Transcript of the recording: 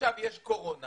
עכשיו יש קורונה